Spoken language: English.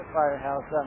firehouse